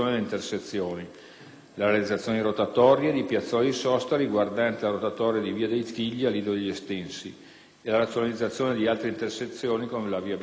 la realizzazione di rotatorie e di piazzole di sosta riguardante la rotatoria di via dei Tigli a Lido degli Estensi e la razionalizzazione di altre intersezioni con viabilità provinciale.